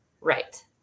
Right